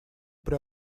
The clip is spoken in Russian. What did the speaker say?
при